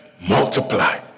multiply